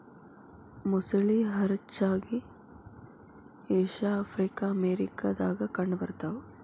ಮೊಸಳಿ ಹರಚ್ಚಾಗಿ Asia Africa America ದಾಗ ಕಂಡ ಬರತಾವ